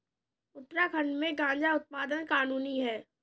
उत्तराखंड में गांजा उत्पादन कानूनी है